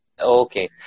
Okay